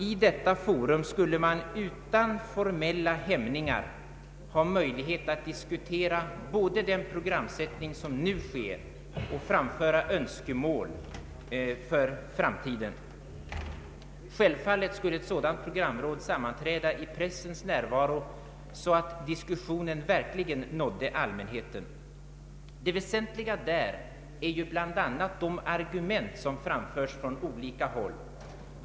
I detta forum skulle man utan formella hämningar ha möjlighet att diskutera den programsättning som nu sker och framföra önskemål för framtiden. Självfallet skulle ett sådant programråd sammanträda i pressens närvaro, så att diskussionen verkligen nådde allmänheten. Det väsentliga är bl.a. de argument som framförs från olika håll.